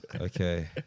Okay